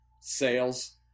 sales